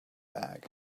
bag